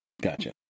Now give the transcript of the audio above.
Gotcha